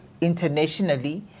internationally